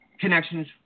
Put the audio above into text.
connections